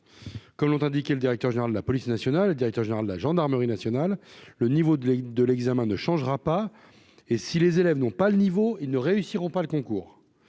comme l'ont indiqué le directeur général de la police nationale, le directeur général de la gendarmerie nationale, le niveau de l'élite de l'examen ne changera pas et si les élèves n'ont pas le niveau, ils ne réussiront pas le concours